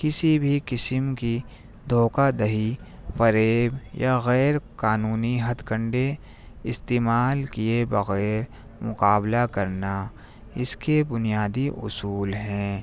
کسی بھی قسم کی دھوکہ دہی فریب یا غیر قانونی ہتھکنڈے استعمال کیے بغیر مقابلہ کرنا اس کے بنیادی اصول ہیں